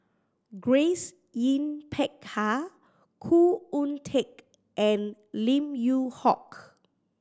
Grace Yin Peck Ha Khoo Oon Teik and Lim Yew Hock